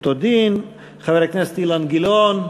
אותו הדין, חבר הכנסת אילן גילאון,